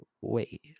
wait